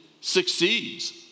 succeeds